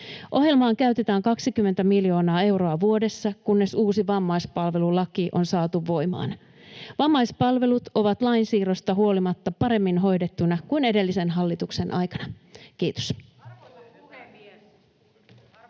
Ohjelmaan käytetään 20 miljoonaa euroa vuodessa, kunnes uusi vammaispalvelulaki on saatu voimaan. Vammaispalvelut ovat lain siirrosta huolimatta paremmin hoidettuina kuin edellisen hallituksen aikana. — Kiitos.